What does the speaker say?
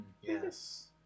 Yes